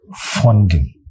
funding